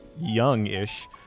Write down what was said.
young-ish